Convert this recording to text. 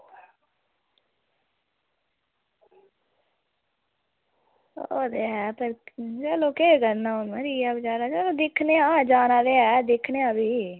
आं उऐ ऐ भी केह् करना मरी गेआ बेचारा चलो दिक्खने आं जाना ते ऐ भी दिक्खने आं